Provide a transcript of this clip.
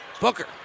Booker